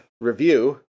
review